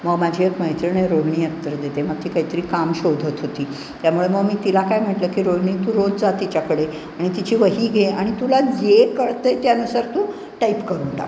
मग माझी एक मैत्रीण आहे रोहिणी अत्तरदे तेव्हा ती काहीतरी काम शोधत होती त्यामुळे मग मी तिला काय म्हटलं की रोहिणी तू रोज जा तिच्याकडे आणि तिची वही घे आणि तुला जे कळतं आहे त्यानुसार तू टाईप करून टाक